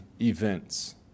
events